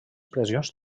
pressions